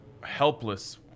helpless